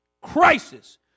crisis